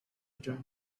return